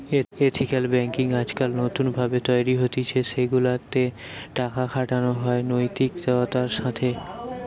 ethical banking আজকাল নতুন ভাবে তৈরী হতিছে সেগুলা তে টাকা খাটানো হয় নৈতিকতার সাথে